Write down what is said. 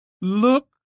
Look